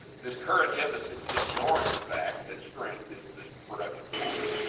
this current emphasis ignores the fact that strength is this production of force,